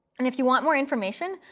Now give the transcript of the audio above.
and if you want more information,